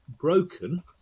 Broken